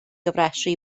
gofrestru